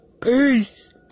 Peace